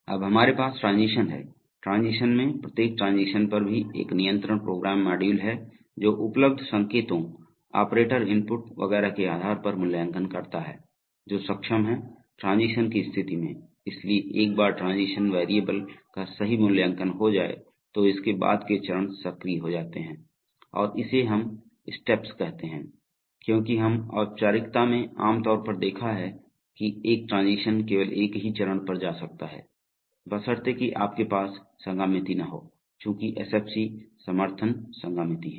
अब हमारे पास ट्रांजीशन है ट्रांजीशन में प्रत्येक ट्रांजीशन पर भी एक नियंत्रण प्रोग्राम मॉड्यूल है जो उपलब्ध संकेतों ऑपरेटर इनपुट वगैरह के आधार पर मूल्यांकन करता है जो सक्षम हैं ट्रांजीशन की स्थिति में इसलिए एक बार ट्रांजीशन वेरिएबल का सही मूल्यांकन हो जाए तो इसके बाद के चरण सक्रिय हो जाते हैं और इसे हम स्टेप्स कहते हैं क्योंकि हम औपचारिकता में आम तौर पर देखा है कि एक ट्रांजीशन केवल एक ही चरण पर जा सकता है बशर्ते कि आपके पास संगामिति न हो चूंकि SFC समर्थन संगामिति है